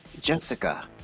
jessica